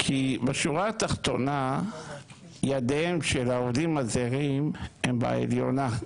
כי בשורה התחתונה ידיהם של העובדים הזרים הם בעליונה.